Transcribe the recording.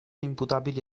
imputabili